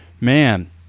man